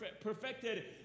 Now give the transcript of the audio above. perfected